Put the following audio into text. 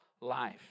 life